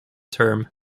term